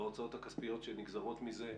בהוצאות הכספיות שנגזרות מזה,